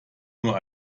nur